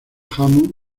hammond